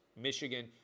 Michigan